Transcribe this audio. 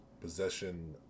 possession